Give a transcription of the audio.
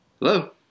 Hello